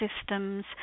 systems